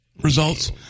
results